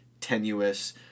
tenuous